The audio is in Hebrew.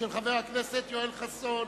של חבר הכנסת יואל חסון.